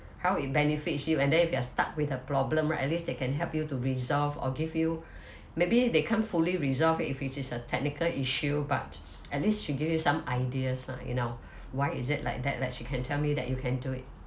how it benefits you and then if you stuck with a problem right at least they can help you to resolve or give you maybe they come fully resolved if it's a technical issue but at least she gave me some ideas lah you know why is it like that like she can tell me that you can do it